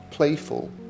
Playful